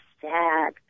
sad